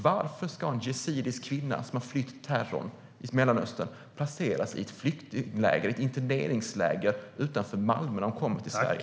Varför ska en yazidisk kvinna som har flytt terrorn i Mellanöstern placeras i ett flyktingläger, ett interneringsläger utanför Malmö när hon kommer till Sverige?